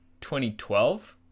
2012